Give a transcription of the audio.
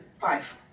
Five